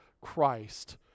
Christ